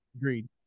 Agreed